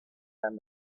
and